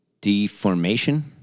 Deformation